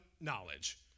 knowledge